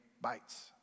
bites